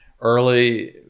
Early